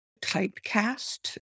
typecast